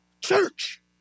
church